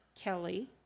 Kelly